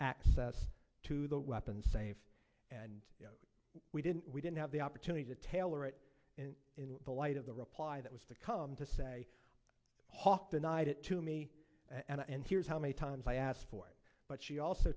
access to the weapon safe we didn't we didn't have the opportunity to tailor it in in the light of the reply that was to come to say hawk denied it to me and here's how many times i asked for it but she also